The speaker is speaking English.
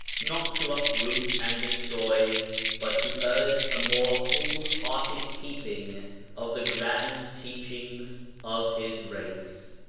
not to uproot and destroy but to urge a more whole-hearted keeping of the grand teach ings of his race.